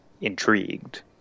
intrigued